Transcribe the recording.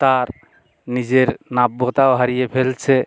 তার নিজের নাব্যতাও হারিয়ে ফেলছে